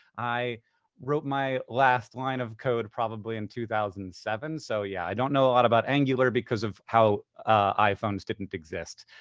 i wrote my last line of code probably in two thousand and seven. so, yeah, i don't know a lot about angular because of how iphones didn't exist.